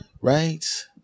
right